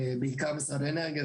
בעיקר של משרד האנרגיה,